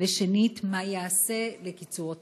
2. מה ייעשה לקיצור התורים?